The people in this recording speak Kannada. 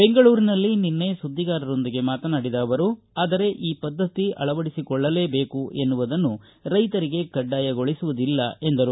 ಬೆಂಗಳೂರಿನಲ್ಲಿ ನಿನ್ನೆ ಸುದ್ದಿಗಾರರೊಂದಿಗೆ ಮಾತನಾಡಿದ ಅವರು ಆದರೆ ಈ ಪದ್ದತಿ ಅಳವಡಿಸಿಕೊಳ್ಳಲೇಬೇಕು ಎನ್ನುವುದನ್ನು ರೈತರಿಗೆ ಕಡ್ಡಾಯಗೊಳಿಸುವುದಿಲ್ಲ ಎಂದರು